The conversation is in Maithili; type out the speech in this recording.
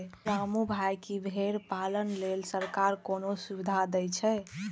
रामू भाइ, की भेड़ पालन लेल सरकार कोनो सुविधा दै छै?